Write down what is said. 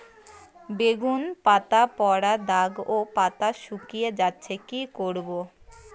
বেগুন পাতায় পড়া দাগ ও পাতা শুকিয়ে যাচ্ছে কি করব?